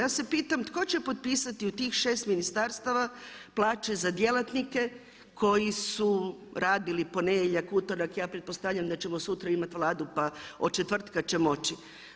Ja se pitam tko će potpisati u tih 6 ministarstava plaće za djelatnike koji su radili ponedjeljak, utorak, ja pretpostavljam da ćemo sutra imati Vladu pa od četvrtka će moći.